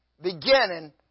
beginning